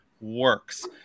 works